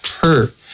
hurt